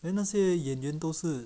then 那些演员都是